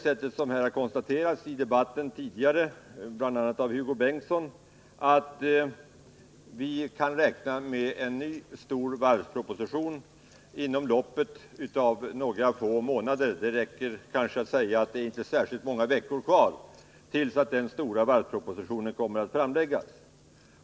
Som här har konstaterats tidigare i debatten, bl.a. av Hugo Bengtsson, kan vi räkna med en ny, stor varvsproposition inom loppet av några få månader. Det räcker kanske att säga att det inte är särskilt många veckor kvar tills den kommer att framläggas.